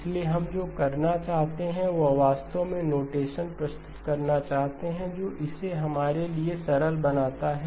इसलिए हम जो करना चाहते हैं वह वास्तव में नोटेशन प्रस्तुत करना चाहते है जो इसे हमारे लिए सरल बनाता है